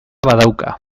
badauka